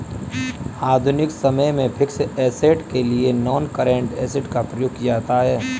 आधुनिक समय में फिक्स्ड ऐसेट के लिए नॉनकरेंट एसिड का प्रयोग किया जाता है